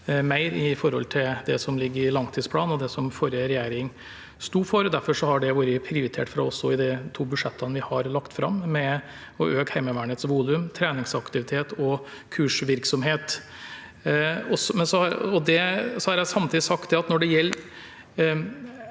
mer i forhold til det som ligger i langtidsplanen, og det som forrige regjering sto for. Derfor har det vært prioritert fra oss i de to budsjettene vi har lagt fram, å øke Heimevernets volum, treningsaktivitet og kursvirksomhet. Jeg har samtidig sagt at når det gjelder